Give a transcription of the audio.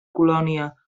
colònia